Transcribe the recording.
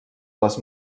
les